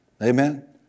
Amen